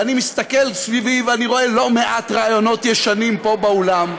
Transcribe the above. ואני מסתכל סביבי ואני רואה לא מעט רעיונות ישנים פה באולם.